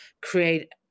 create